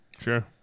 Sure